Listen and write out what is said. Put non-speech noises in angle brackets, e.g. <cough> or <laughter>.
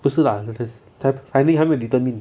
不是 lah <noise> finding 还没有 determine